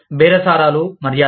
బేరసారాలు మర్యాద